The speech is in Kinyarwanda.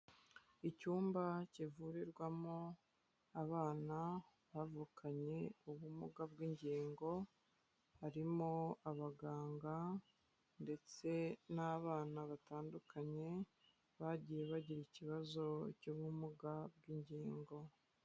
Icyumba kivurirwamo abana bavukanye ubumuga bw'ingingo, harimo abaganga ndetse n'abana batandukanye, bagiye bagira ikibazo cy'ubumuga bw'ingingo.